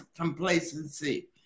complacency